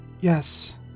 Yes